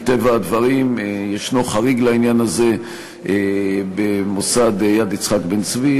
מטבע הדברים ישנו חריג לעניין הזה במוסד יד יצחק בן-צבי,